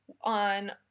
on